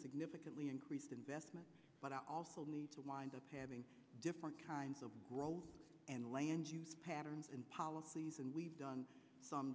significantly increased investment but also needs to wind up having different kinds of growth and land use patterns and policies and we've done some